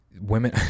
Women